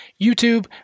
YouTube